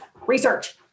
research